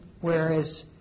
Whereas